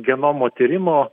genomo tyrimo